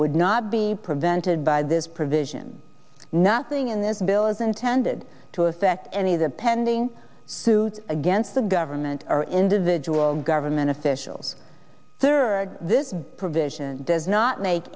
not not be prevented by this provision nothing in this bill is intended to affect any of the pending suit against the government or individual government officials third this provision does not